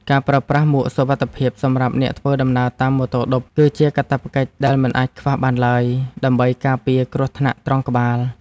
ការប្រើប្រាស់មួកសុវត្ថិភាពសម្រាប់អ្នកធ្វើដំណើរតាមម៉ូតូឌុប គឺជាកាតព្វកិច្ចដែលមិនអាចខ្វះបានឡើយ ដើម្បីការពារគ្រោះថ្នាក់ត្រង់ក្បាល។